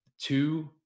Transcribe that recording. Two